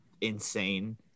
insane